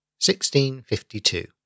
1652